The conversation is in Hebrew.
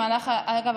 אגב,